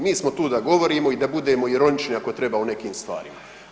Mi smo tu da govorimo i da budemo ironični ako treba u nekim stvarima.